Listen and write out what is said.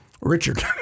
richard